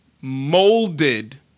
molded